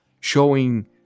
Showing